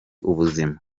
ubuzima